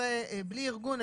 רופא בלי ארגון שמגיע.